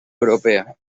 europea